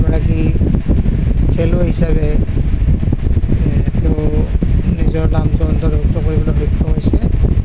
এগৰাকী খেলুৱৈ হিচাপে তেওঁ নিজৰ নামটো অন্তৰ্ভুক্ত কৰিবলৈ সক্ষম হৈছে